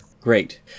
Great